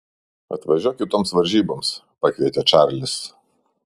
atvažiuok kitoms varžyboms pakvietė čarlis